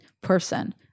person